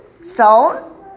Stone